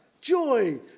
Joy